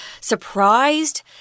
surprised